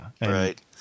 right